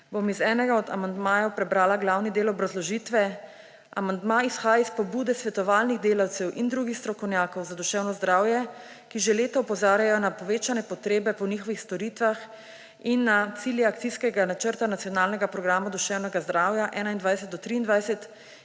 Bom iz enega od amandmajev prebrala glavni del obrazložitve: »Amandma izhaja iz pobude svetovalnih delavcev in drugih strokovnjakov za duševno zdravje, ki že leta opozarjajo na povečane potrebe po njihovih storitvah in na cilje Akcijskega načrta Nacionalnega programa duševnega zdravja 2021−2023,